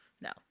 no